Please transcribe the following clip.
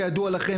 כידוע לכם,